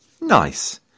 Nice